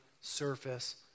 surface